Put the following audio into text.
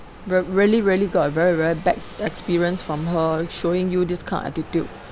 r~ really really got very very bag s~ experience from her showing you this kind of attitude